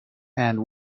and